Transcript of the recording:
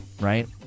right